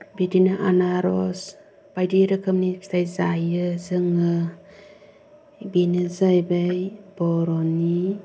बिदिनो आनारस बायदि रोखोमनि फिथाय जायो जोङो बेनो जाहैबाय बर'नि